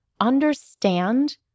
understand